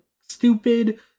stupid